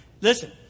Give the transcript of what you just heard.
Listen